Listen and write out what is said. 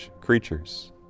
creatures